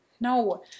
no